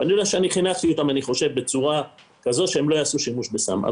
ואני חושב שחינכתי אותם בצורה כזו שהם לא יעשו שימוש בסם.